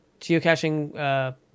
geocaching